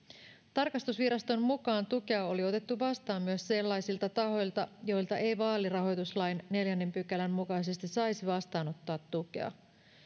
tarkastusviraston mukaan tukea oli otettu vastaan myös sellaisilta tahoilta joilta ei vaalirahoituslain neljännen pykälän mukaisesti saisi vastaanottaa tukea